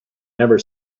never